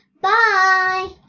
Bye